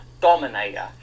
dominator